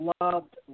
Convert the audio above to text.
loved